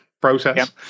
process